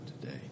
today